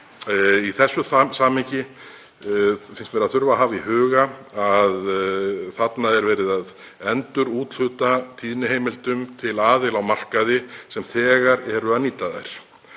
Í þessu samhengi finnst mér að þurfi að hafa í huga að þarna er verið að endurúthluta tíðniheimildum til aðila á markaði sem þegar eru að nýta þær